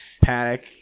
Panic